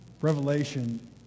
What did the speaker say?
Revelation